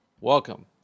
Welcome